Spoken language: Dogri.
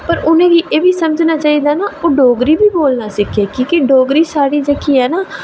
पर उ'नें गी एह्बी समझना चाहिदा ना कि ओह् डोगरी बोलना बी सिक्खै डोगरी साढ़ी जेह्की ऐ ना